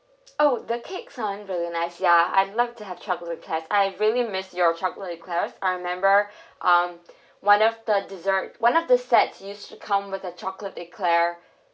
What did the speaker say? oh the cakes aren't really nice ya I'd love to have chocolate eclair I really miss your chocolate eclairs I remember um one of the desert one of the sets used to come with a chocolate eclair